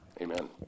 Amen